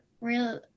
real